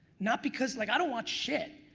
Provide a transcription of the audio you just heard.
not because like i don't watch shit.